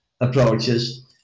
approaches